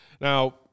Now